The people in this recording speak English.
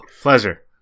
pleasure